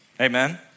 Amen